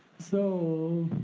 so